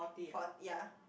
for ya